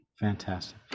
Fantastic